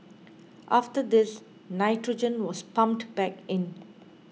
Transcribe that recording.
after this nitrogen was pumped back in